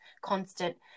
constant